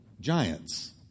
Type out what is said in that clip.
giants